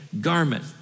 garment